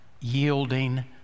yielding